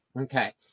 Okay